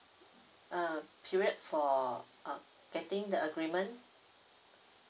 uh period for uh getting the agreement